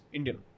Indian